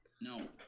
No